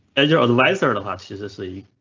and yeah advisor and lusciously.